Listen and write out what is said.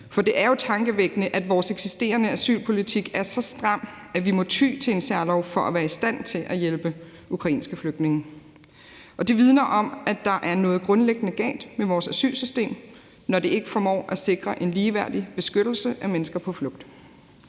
For det er jo tankevækkende, at vores eksisterende asylpolitik er så stram, at vi må ty til en særlov for at være i stand til at hjælpe ukrainske flygtninge. Det vidner om, at der er noget grundlæggende galt med vores asylsystem, når det ikke formår at sikre en ligeværdig beskyttelse af mennesker på flugt.